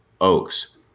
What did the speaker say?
Oaks